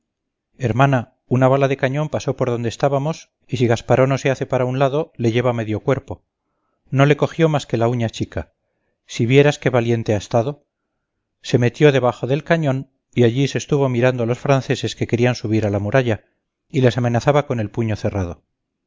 hermana una bala de cañón pasó por donde estábamos y si gasparó no se hace para un lado le lleva medio cuerpo no le cogió más que la uña chica si vieras qué valiente ha estado se metió debajo del cañón y allí se estuvo mirando a los franceses que querían subir a la muralla y les amenazaba con el puño cerrado